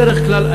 בדרך כלל,